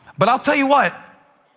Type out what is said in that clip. but i'll tell you what.